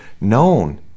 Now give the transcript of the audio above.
known